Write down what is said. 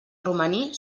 romaní